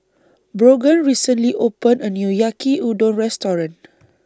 Brogan recently opened A New Yaki Udon Restaurant